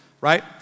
Right